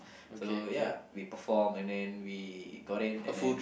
so ya we perform and then we got in and then